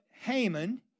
Haman